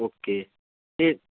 okay ਅਤੇ